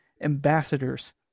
ambassadors